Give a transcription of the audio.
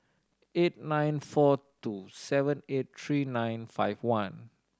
eight nine four two seven eight three nine five one